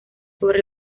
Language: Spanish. sobre